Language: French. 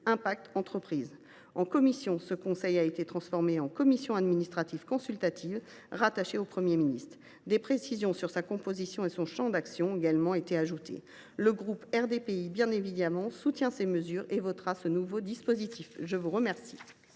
Impact Entreprises ». En commission, ce conseil a été transformé en commission administrative consultative directement rattachée au Premier ministre. Des précisions sur sa composition et son champ d’action ont également été ajoutées. Mon groupe soutient bien évidemment ces mesures et votera ce nouveau dispositif. La parole